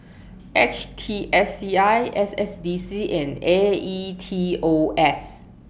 H T S C I S S D C and A E T O S